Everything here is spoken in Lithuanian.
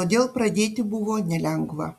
todėl pradėti buvo nelengva